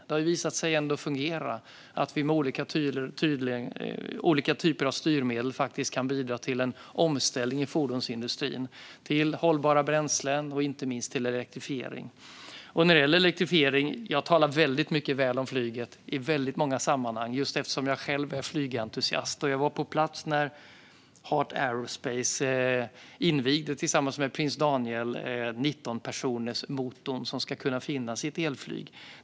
Det har ju visat sig fungera; med olika typer av styrmedel kan vi faktiskt bidra till en omställning i fordonsindustrin till hållbara bränslen och inte minst till elektrifiering. Jag talar väldigt väl om flyget i väldigt många sammanhang just eftersom jag själv är flygentusiast. Jag var på plats när Heart Aerospace tillsammans med prins Daniel invigde den motor som ska kunna finnas i ett elflygplan för 19 personer.